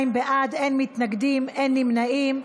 42 בעד, אין מתנגדים, אין נמנעים.